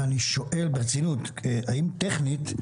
ואני שואל ברצינות: האם טכנית,